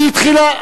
היא התחילה,